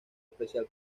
especial